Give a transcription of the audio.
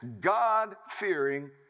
God-fearing